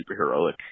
superheroic